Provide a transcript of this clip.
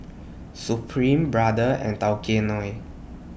Supreme Brother and Tao Kae Noi